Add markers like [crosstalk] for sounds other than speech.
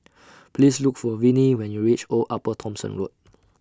[noise] Please Look For Vinie when YOU REACH Old Upper Thomson Road [noise]